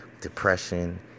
Depression